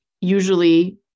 Usually